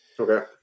Okay